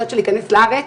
את יודעת שלהיכנס לארץ,